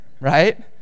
right